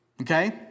Okay